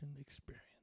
experience